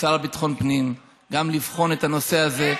לשר לביטחון פנים לבחון את הנושא הזה.